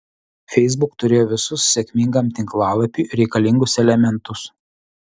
facebook turėjo visus sėkmingam tinklalapiui reikalingus elementus